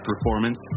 performance